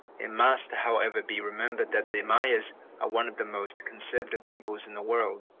it must, however, be remembered that the mayas are one of the most conservative peoples in the world.